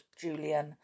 Julian